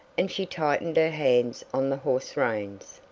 and she tightened her hands on the horse reins.